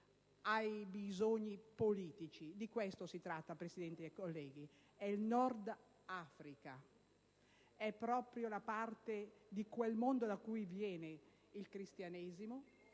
ai bisogni politici? Di questo si tratta, signora Presidente, colleghi. È il Nord Africa; è proprio da parte di quel mondo da cui viene il Cristianesimo